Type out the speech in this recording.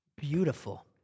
beautiful